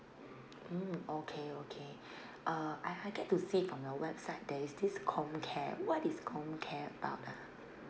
mm okay okay uh I I get to see from your website there is this comcare what is comcare about ah